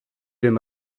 den